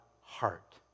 heart